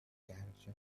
direction